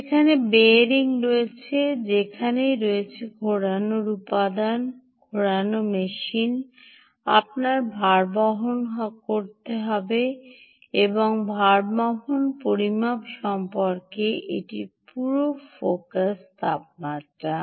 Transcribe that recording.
যেখানেই বিয়ারিং রয়েছে যেখানেই রয়েছে ঘোরানো উপাদান ঘোরানো মেশিন আপনার ভারবহন করতে হবে এবং ভারবহন পরিমাপ সম্পর্কে এটি পুরো ফোকাস তাপমাত্রা